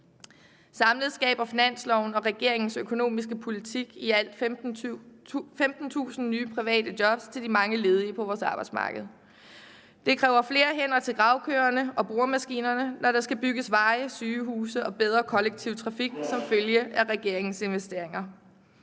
Samlet skaber finansloven og regeringens økonomiske politik i alt 15.000 nye private job til de mange ledige på vores arbejdsmarked. Det kræver flere hænder til gravkøerne og boremaskinerne, når der skal bygges veje, sygehuse og sikres bedre kollektiv trafik som følge af regeringens investeringer.